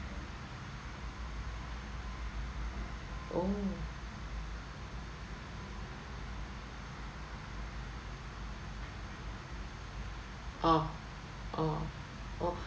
oh orh orh orh